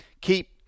keep